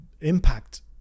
impact